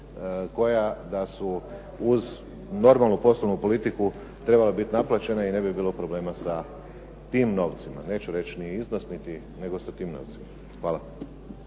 koja da su uz normalnu poslovnu politiku trebala biti naplaćena i ne bi bilo problema sa tim novcima. Neću reći ni iznos niti nego … /Govornik se